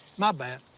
my bad.